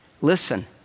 Listen